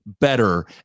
better